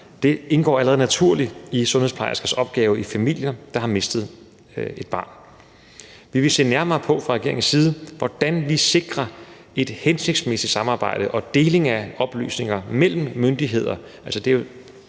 indgår naturligt i sundhedsplejerskers opgave i familier, der har mistet et barn. Vi vil fra regeringens side se nærmere på, hvordan vi sikrer et hensigtsmæssigt samarbejde og deling af oplysninger mellem myndigheder